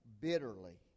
bitterly